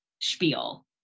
spiel